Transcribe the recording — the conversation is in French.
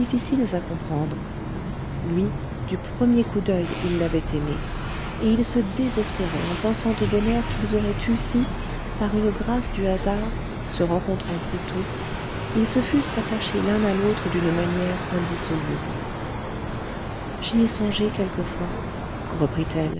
difficiles à comprendre lui du premier coup d'oeil il l'avait aimée et il se désespérait en pensant au bonheur qu'ils auraient eu si par une grâce du hasard se rencontrant plus tôt ils se fussent attachés l'un à l'autre d'une manière indissoluble j'y ai songé quelquefois